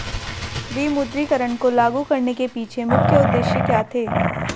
विमुद्रीकरण को लागू करने के पीछे मुख्य उद्देश्य क्या थे?